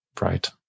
right